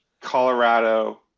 Colorado